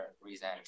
reason